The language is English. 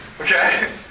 Okay